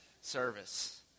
service